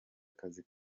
akazi